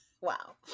Wow